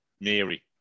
Mary